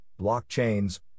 blockchains